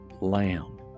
lamb